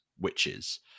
witches